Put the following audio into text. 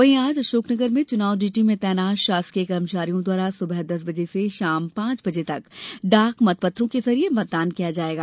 वहीं आज अशोकनगर में चुनाव ड्यूटी में तैनात शासकीय कर्मचारियों द्वारा सुबह दस बजे से शाम पांच बजे तक डाक मत पत्रों के जरिए मतदान किया जायेगा